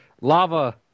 lava